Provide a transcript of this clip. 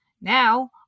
Now